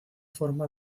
forma